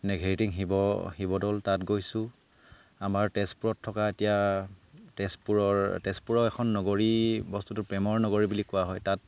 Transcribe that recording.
নেঘেৰিটিং শিৱ শিৱদৌল তাত গৈছোঁ আমাৰ তেজপুৰত থকা এতিয়া তেজপুৰৰ তেজপুৰৰ এখন নগৰী বস্তুটো প্ৰেমৰ নগৰী বুলি কোৱা হয় তাত